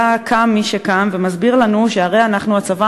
היה קם מי שקם ומסביר לנו שהרי אנחנו הצבא